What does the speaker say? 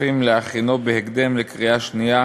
הכספים להכינו בהקדם לקריאה שנייה